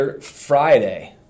Friday